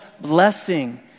blessing